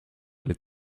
les